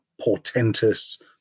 portentous